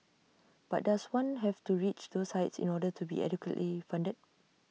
but does one have to reach those heights in order to be adequately funded